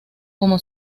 como